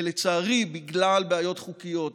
ולצערי בגלל בעיות חוקיות,